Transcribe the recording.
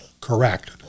correct